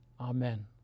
Amen